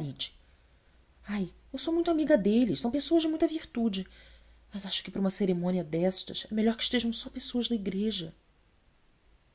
e o margaride ai eu sou muito amiga deles são pessoas de muita virtude mas acho que para uma cerimônia destas é melhor que estejam só pessoas de igreja